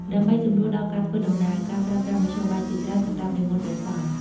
ដើម្បីសម្រួលដល់ការធ្វើដំណើរ គេប្រើប្រាស់មធ្យោបាយជាច្រើនសម្រាប់និមន្តព្រះសង្ឃ។